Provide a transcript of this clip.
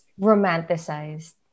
romanticized